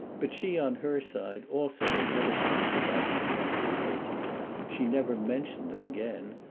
but she, on her side, also had evidently forgotten the trumpery papers she never mentioned them again,